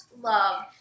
love